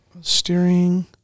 Steering